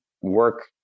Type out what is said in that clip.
work